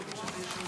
אתה אמיתי?